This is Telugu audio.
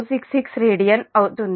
466 రేడియన్ అవుతుంది